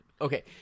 okay